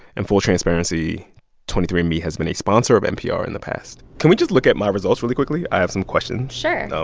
and full transparency twenty three andme has been a sponsor of npr in the past can we just look at my results really quickly? i have some questions. sure. ah